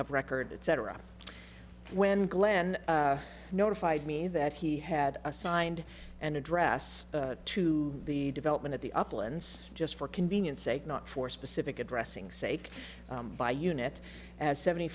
of record cetera when glenn notified me that he had assigned an address to the development of the uplands just for convenience sake not for specific addressing sake by unit as seventy